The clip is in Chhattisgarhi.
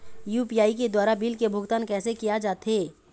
यू.पी.आई के द्वारा बिल के भुगतान कैसे किया जाथे?